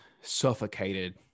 suffocated